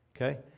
Okay